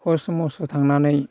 खस्थ मस्थ थांनानै